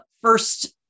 first